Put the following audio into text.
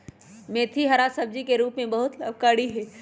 मेथी हरा सब्जी के रूप में बहुत लाभकारी हई